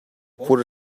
for